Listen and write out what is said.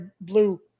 blue